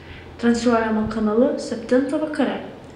transliuojama kanalu septintą vakare